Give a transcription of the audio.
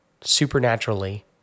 supernaturally